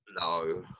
No